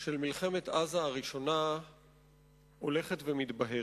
של מלחמת עזה הראשונה הולכת ומתבהרת.